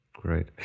Great